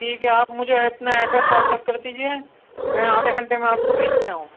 ٹھیک ہے آپ مجھے اپنا ایڈریس واٹس ایپ کر دیجیے میں آدھے گھنٹے میں آپ کو بھیجتا ہوں